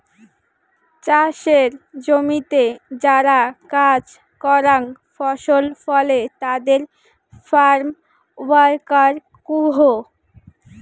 চাসের জমিতে যারা কাজ করাং ফসল ফলে তাদের ফার্ম ওয়ার্কার কুহ